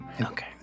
Okay